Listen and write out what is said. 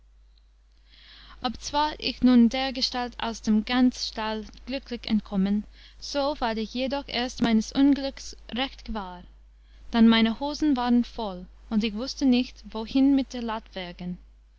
obzwar ich nun dergestalt aus dem gänsstall glücklich entkommen so ward ich jedoch erst meines unglücks recht gewahr dann meine hosen waren voll und ich wußte nicht wohin mit der